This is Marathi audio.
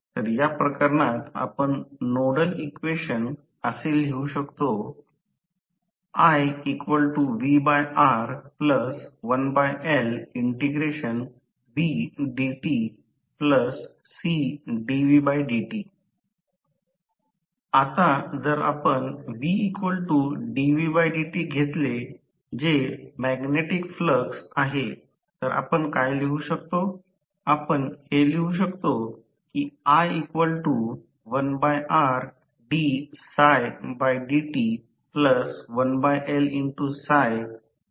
तर या प्रकरणात आपण नोडल इक्वेशन असे लिहू शकतो आता जर आपण घेतले जे मॅग्नेटिक फ्लक्स आहे तर आपण काय लिहू शकतो आपण हे लिहू शकतो